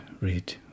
read